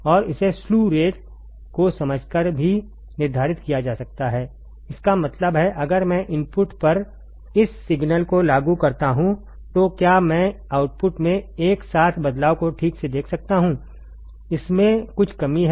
और इसे slew rate को समझकर भी निर्धारित किया जा सकता है इसका मतलब है अगर मैं इनपुट पर इस सिग्नल को लागू करता हूं तो क्या मैं आउटपुट में एक साथ बदलाव को ठीक से देख सकता हूं इसमें कुछ कमी है